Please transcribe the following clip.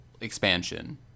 expansion